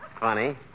Funny